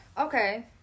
okay